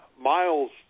Miles